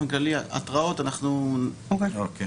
אז נעשה